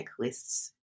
checklists